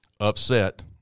upset